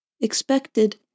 expected